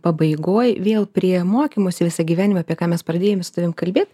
pabaigoj vėl prie mokymosi visą gyvenimą apie ką mes pradėjome su tavimi kalbėt